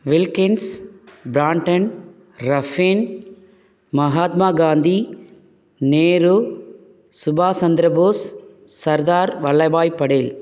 Wilkins Brandon Ruffin Mahatma Gandhi Nehru சுபாஸ் சந்திரபோஸ் சர்தார் வல்லபாய் படேல்